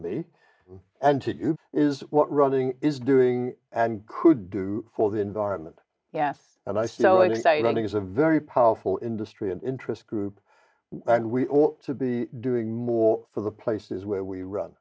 me and to you is what running is doing and could do for the environment yes and i so i think that is a very powerful industry and interest group and we ought to be doing more for the places where we run